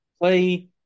play